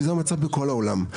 כי זה המצב בכל העולם.